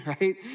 right